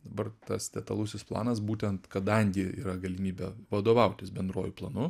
dabar tas detalusis planas būtent kadangi yra galimybė vadovautis bendruoju planu